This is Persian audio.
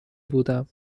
بودم